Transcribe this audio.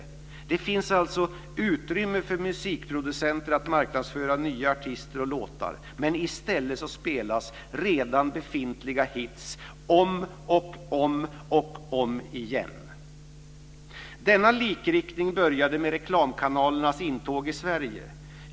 Det finns alltså utrymme för musikproducenter att marknadsföra nya artister och låtar. Men i stället spelas redan befintliga hits om och om och om igen. Denna likriktning började med reklamkanalernas intåg i Sverige.